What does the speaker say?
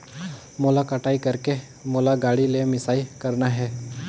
मोला कटाई करेके मोला गाड़ी ले मिसाई करना हे?